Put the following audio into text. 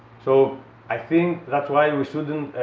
so i think that's why and we shouldn't